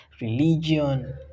religion